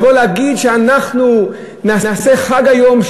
לבוא להגיד שאנחנו נעשה חג היום,